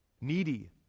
needy